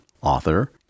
author